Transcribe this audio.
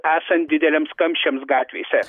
esant dideliems kamščiams gatvėse